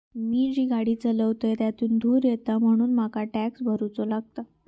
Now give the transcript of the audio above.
मी जी गाडी चालवतय त्यातुन धुर येता म्हणून मका टॅक्स भरुचो लागता